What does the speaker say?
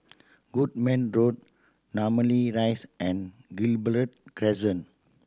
Goodman Road Namly Rise and Gibraltar Crescent